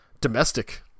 domestic